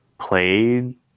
played